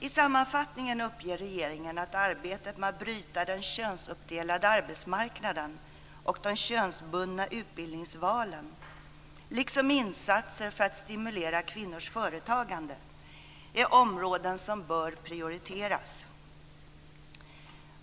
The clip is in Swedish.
I sammanfattningen uppger regeringen att arbetet med att bryta den könsuppdelade arbetsmarknaden och de könsbundna utbildningsvalen, liksom insatser för att stimulera kvinnors företagande, är områden som bör prioriteras.